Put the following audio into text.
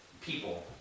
people